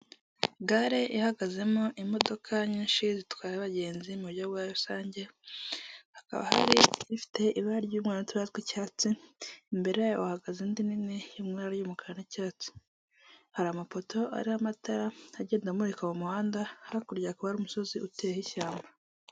Gare ihagazemo imodoka nyinshi zitwaye abagenzi mu buryo bwa rusange, hakaba hari zifite ibara ry'umweru n'utubara tw'icyatsi imbere yayo hahagaze indi nini y'umweru n'umukara n'icyatsi, hari amapoto ariho amatara agenda amurika mu muhanda, hakurya hakaba hari umusozi uteyeho ishyamba.